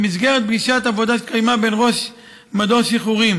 במסגרת פגישת עבודה שהתקיימה בין ראש מדור שחרורים